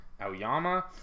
Aoyama